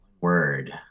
word